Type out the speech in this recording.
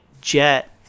jet